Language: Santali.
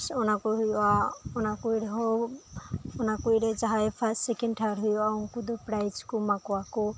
ᱚᱱᱟᱠᱚ ᱦᱩᱭᱩᱜᱼᱟ ᱚᱱᱟᱠᱚᱨᱮ ᱦᱚᱸ ᱚᱱᱟᱠᱚᱨᱮ ᱡᱟᱦᱟᱸᱭ ᱯᱷᱟᱨᱥᱴ ᱥᱮᱠᱮᱱ ᱛᱷᱟᱲ ᱦᱩᱭᱩᱜᱼᱟ ᱩᱱᱠᱩ ᱫᱚ ᱯᱨᱟᱭᱤᱡ ᱠᱚ ᱮᱢᱟ ᱠᱚᱣᱟ ᱠᱚ